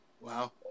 Wow